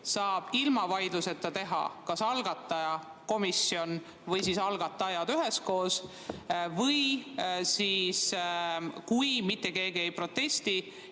saab ilma vaidluseta teha kas algataja, komisjon või algatajad üheskoos, kui mitte keegi ei protesti.